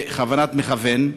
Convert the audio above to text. בכוונת מכוון.